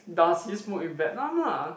does he smoke in Vietnam lah